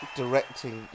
directing